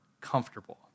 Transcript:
comfortable